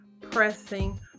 pressing